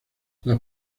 las